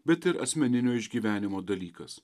bet ir asmeninio išgyvenimo dalykas